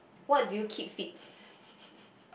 what do you keep fit